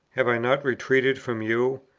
have i not retreated from you?